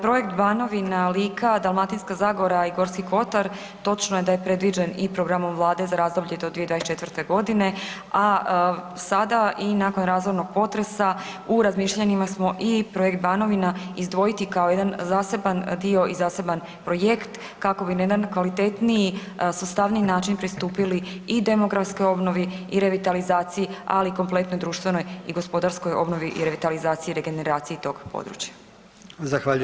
Projekt Banovina, Lika, Dalmatinska zagora i Gorski kotar točno je da je predviđen i programom Vlade za razdoblje do 2024. godine, a sada i nakon razornog potresa u razmišljanjima smo i projekt Banovina izdvojiti kao jedan zaseban dio i zaseban projekt kako bi na jedan kvalitetniji, sustavniji način pristupili i demografskoj obnovi i revitalizaciji, ali i kompletnoj društvenoj i gospodarskoj obnovi i revitalizaciji i regeneraciji tog područja.